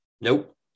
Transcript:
Nope